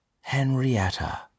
Henrietta